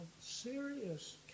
serious